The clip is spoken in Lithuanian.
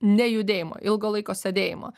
nejudėjimo ilgo laiko sėdėjimo